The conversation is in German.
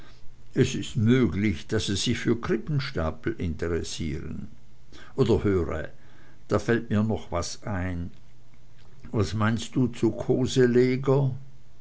es ist möglich daß sie sich für krippenstapel interessieren oder höre da fällt mir noch was ein was meinst du zu koseleger